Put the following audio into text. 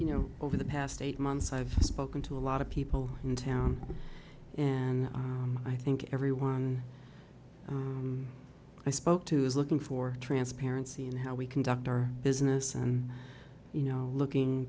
you know over the past eight months i've spoken to a lot of people in town and i think everyone i spoke to is looking for transparency in how we conduct our business and you know looking